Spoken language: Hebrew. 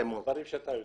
דברים שאתה יודע.